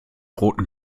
roten